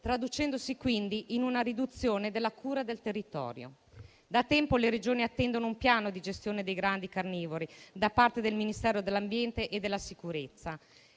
traducendosi quindi in una riduzione della cura del territorio. Da tempo le Regioni attendono un piano di gestione dei grandi carnivori da parte del Ministero dell'ambiente e della sicurezza